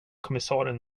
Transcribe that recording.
kommissarien